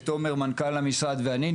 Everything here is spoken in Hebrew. תומר מנכ״ל המשרד ואני,